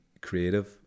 creative